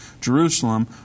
Jerusalem